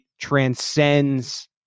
transcends